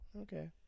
Okay